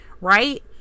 right